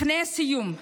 לפני סיום,